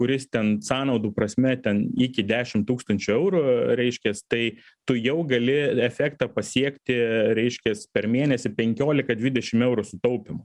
kuris ten sąnaudų prasme ten iki dešim tūkstančių eurų reiškias tai tu jau gali efektą pasiekti reiškias per mėnesį penkiolika dvidešim eurų sutaupymo